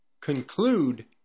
conclude